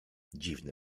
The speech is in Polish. dziwny